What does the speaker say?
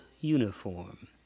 uniform